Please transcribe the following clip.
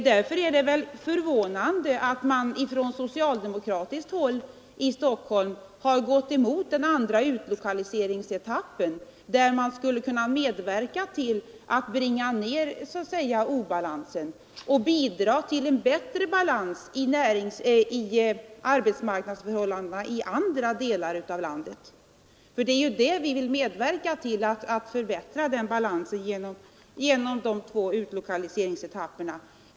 Det är förvånande att man från socialdemokratiskt håll i Stockholm har gått emot den andra utlokaliseringsetappen, där det skulle vara möjligt att medverka till att bringa ned obalansen och bidra till en bättre balans i arbetsmarknadsförhållandena inom andra delar av landet. Vi vill ju medverka till att förbättra denna genom de två utlokaliseringsetapperna.